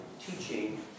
teaching